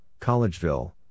Collegeville